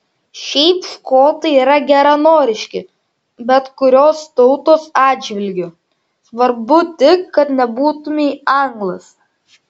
šiaip škotai yra geranoriški bet kurios tautos atžvilgiu svarbu tik kad nebūtumei anglas